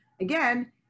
again